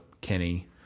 Kenny